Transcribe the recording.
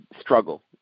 struggle